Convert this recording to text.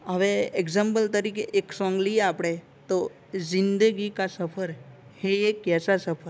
હવે એક્ઝામ્પલ તરીકે એક સોંગ લઈએ આપણે તો જિંદગી કા સફર હે યે કૈસા સફર